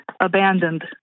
abandoned